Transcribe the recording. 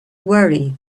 worry